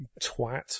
Twat